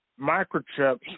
microchips